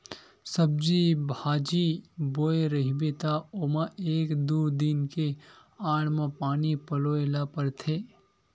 सब्जी बाजी बोए रहिबे त ओमा एक दू दिन के आड़ म पानी पलोए ल परथे